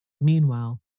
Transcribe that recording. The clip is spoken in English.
Meanwhile